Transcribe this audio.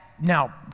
Now